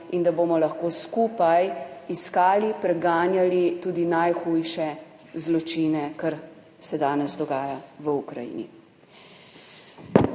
in da bomo lahko skupaj iskali, preganjali tudi najhujše zločine, kar se danes dogaja v Ukrajini.